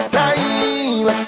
time